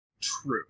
True